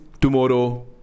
tomorrow